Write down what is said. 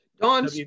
Don